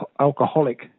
alcoholic